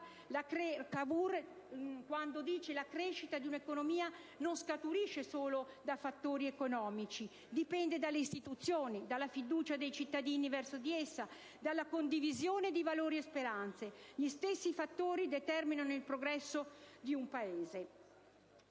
Cavour quando ha detto che la crescita di un'economia non scaturisce solo da fattori economici, ma dalle istituzioni, dalla fiducia dei cittadini verso di esse, dalla condivisione di valori e speranze. Gli stessi fattori determinano il progresso di un Paese.